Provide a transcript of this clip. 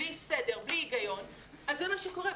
בלי סדר, בלי היגיון, זה מה שקורה.